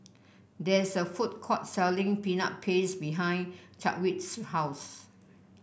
there is a food court selling Peanut Paste behind Chadwick's house